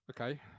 Okay